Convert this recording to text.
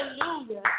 Hallelujah